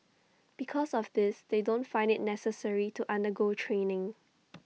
because of this they don't find IT necessary to undergo training